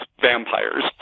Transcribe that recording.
vampires